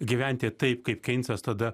gyventi taip kaip keinsas tada